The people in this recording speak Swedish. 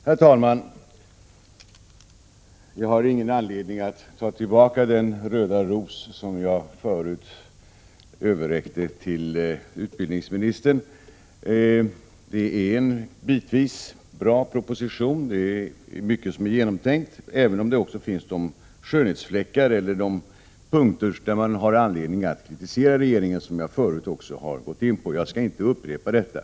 Herr talman! Jag har ingen anledning att ta tillbaka den röda ros som jag förut överräckte till utbildningsministern. Det är en bitvis bra proposition. Det är mycket som är genomtänkt, även om det också finns skönhetsfläckar eller punkter där man har anledning att kritisera regeringen, som jag förut också har gått in på. Jag skall inte upprepa detta.